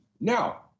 Now